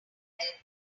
embedded